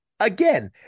Again